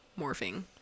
morphing